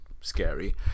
scary